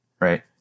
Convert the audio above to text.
Right